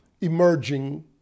emerging